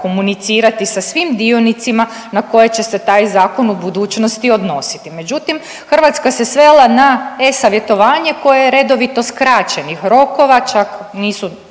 komunicirati sa svim dionicima na koje će se taj zakon u budućnosti odnositi. Međutim, Hrvatska se svela na e-savjetovanje koje je redovito skraćenih rokova. Čak nisu